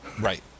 right